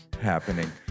Happening